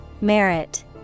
Merit